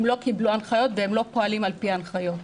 הם לא קיבלו הנחיות והם לא פועלים על פי ההנחיות.